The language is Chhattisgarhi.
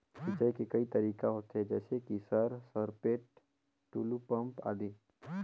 सिंचाई के कई तरीका होथे? जैसे कि सर सरपैट, टुलु पंप, आदि?